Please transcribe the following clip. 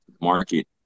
market